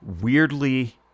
weirdly